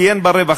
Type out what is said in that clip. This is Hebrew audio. כי אין ברווחה,